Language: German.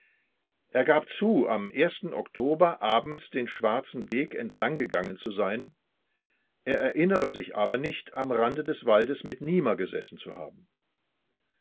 er gab zu am oktober abends den schwarzen weg entlang gegangen zu sein er erinnere sich aber nicht am rande des waldes mit niemer gesessen zu haben